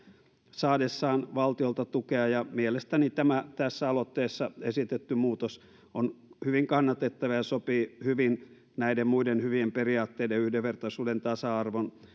saadessaan valtiolta tukea mielestäni tämä tässä aloitteessa esitetty muutos on hyvin kannatettava ja sopii hyvin järjestöjen toiminnassa edistettäviin asioihin näiden muiden hyvien periaatteiden yhdenvertaisuuden tasa arvon